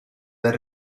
dal